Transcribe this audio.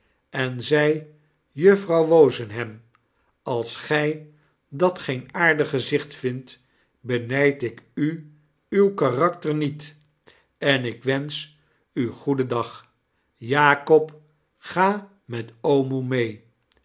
en zei juffrouw wozenham als gij dat geen aardig gezicht vindt benijd ik u uw karakter niet en ik wensch u goedendag jakob ga met oomoe mee